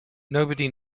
nobody